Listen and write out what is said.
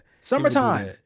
Summertime